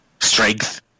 strength